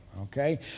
okay